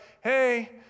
hey